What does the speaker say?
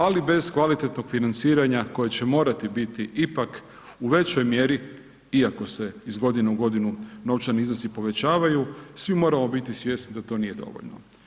Ali, bez kvalitetnog financiranja koje će morati biti ipak u većoj mjeri iako se iz godine u godinu novčani iznosi povećavaju, svi moramo biti svjesni da to nije dovoljno.